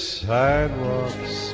sidewalks